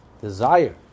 desire